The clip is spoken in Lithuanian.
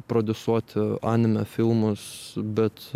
prodiusuot anime filmus bet